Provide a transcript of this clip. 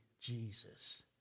Jesus